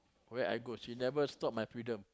where I go she never stop my freedom